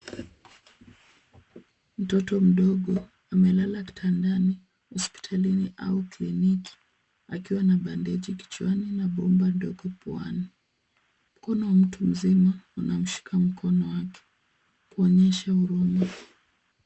Mtoto mdogo amelala kitandani hospitalini au kliniki akiwa na bandeji kichwani na bomba dogo puani. Kuna mtu mzima anamshika mkono wake kuonyesha huruma.